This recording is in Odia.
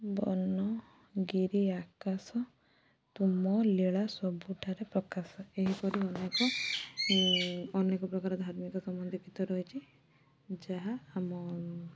ବନ ଗିରି ଆକାଶ ତୁମ ଲୀଳା ସବୁଠାରେ ପ୍ରକାଶ ଏହିପରି ଅନେକ ଅନେକ ପ୍ରକାର ଧାର୍ମିକ ସମ୍ବନ୍ଧୀୟ ଗୀତ ରହିଛି ଯାହା ଆମ